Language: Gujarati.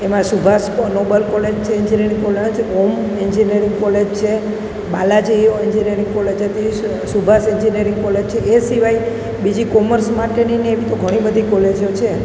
એમાં સુભાષકો નોબલ કોલેજ છે એન્જિનરિંગ કોલેજ હોમ એન્જિન્યરિંગ કોલેજ છે બાલાજીઓ એન્જિન્યરિંગ કોલેજ હતી સુ સુભાષ એન્જિન્યરિંગ કોલેજ છે એ સિવાય બીજી કોમર્સ માટેની ને એવી તો ઘણી બધી કોલેજો છે